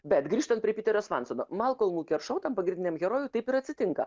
bet grįžtant prie piterio svansono malkolmui keršau tam pagrindiniam herojui taip ir atsitinka